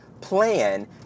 plan